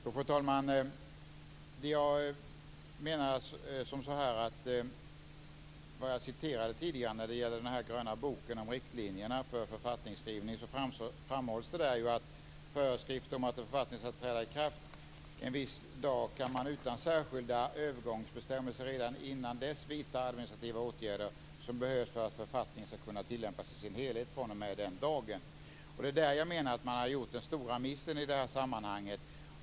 Fru talman! Jag hänvisade tidigare till den gröna boken om riktlinjer för författningsskrivning, där det framhålls att trots föreskrifter om att en författning ska träda i kraft en viss dag kan man utan särskilda övergångsbestämmelser redan innan dess vidta administrativa åtgärder som behövs för att författningen ska kunna tillämpas i sin helhet fr.o.m. den dagen. Det är där jag menar att man har gjort den stora missen i det här sammanhanget.